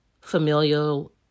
familial